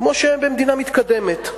כמו במדינה מתקדמת.